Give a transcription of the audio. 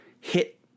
hit